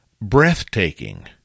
Breathtaking